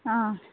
आं